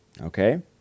okay